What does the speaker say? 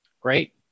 Great